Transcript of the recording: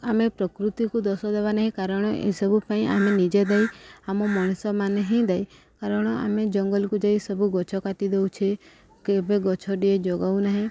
ଆମେ ପ୍ରକୃତିକୁ ଦୋଷ ଦେବା ନାହିଁ କାରଣ ଏସବୁ ପାଇଁ ଆମେ ନିଜେ ଦାୟୀ ଆମ ମଣିଷମାନେ ହିଁ ଦାୟୀ କାରଣ ଆମେ ଜଙ୍ଗଲକୁ ଯାଇ ସବୁ ଗଛ କାଟି ଦେଉଛେ କେବେ ଗଛଟିଏ ଯୋଗାଉ ନାହେଁ